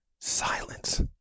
silence